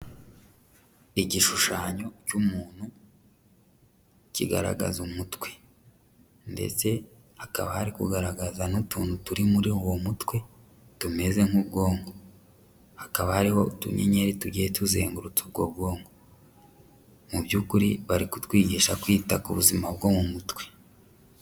Igishushanyo cy'umuntu kigaragaza umutwe. Ndetse hakaba hari kugaragaza n'utuntu turi muri uwo mutwe tumeze nk'ubwonko. Hakaba hariho utunyenyeri tugiye tuzengurutse ubwo bwonko. Mu by'ukuri bari kutwigisha kwita ku buzima bwo mu mutwe.